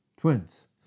Twins